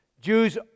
Jews